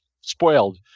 spoiled